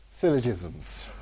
Syllogisms